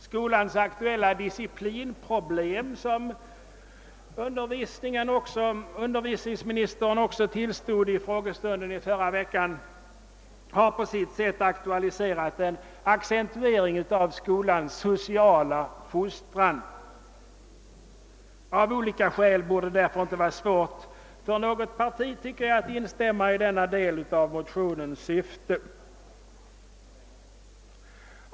Skolans aktuella disciplinproblem, som också undervisningsministern under frågestunden i förra veckan tillstod existerade, har accentuerat skolans sociala fostran. Det borde därför inte vara svårt för något parti att instämma i denna del av motionens syfte.